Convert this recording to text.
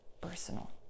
personal